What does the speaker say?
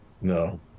No